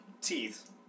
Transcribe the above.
teeth